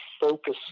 focus